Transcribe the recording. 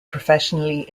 professionally